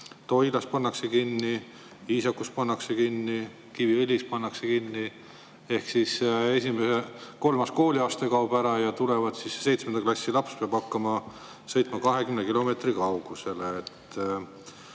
Toilas pannakse kinni, Iisakus pannakse kinni, Kiviõlis pannakse kinni. Ja kolmas kooliaste kaob ära, seitsmenda klassi laps peab hakkama sõitma 20 kilomeetri kaugusele.